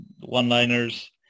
one-liners